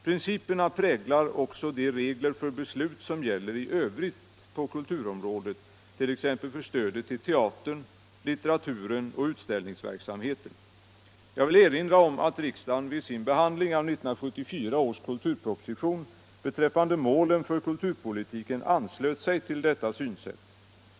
Principerna präglar också de regler för beslut som gäller i övrigt på kulturområdet, t.ex. för stödet till teatern, litteraturen och utställningsverksamheten. Jag vill erinra om att riksdagen vid sin behandling av 1974 års kulturproposition beträffande målen för kulturpolitiken anslöt sig till detta synsätt.